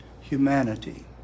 humanity